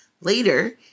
Later